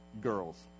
girls